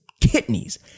kidneys